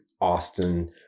Austin